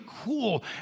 cool